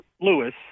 Lewis